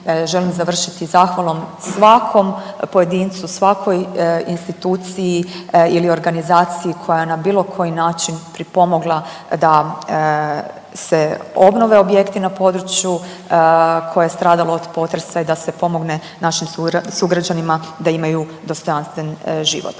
želim završiti zahvalom svakom pojedincu, svakoj instituciji ili organizaciji koja je na bilo koji način pripomogla da se obnove objekti na području koje je stradalo od potresa i da se pomogne našim sugrađanima da imaju dostojanstven život.